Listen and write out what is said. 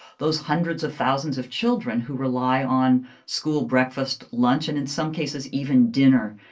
those hundreds of thousands of children who rely on school breakfast, lunch and in some cases even dinner.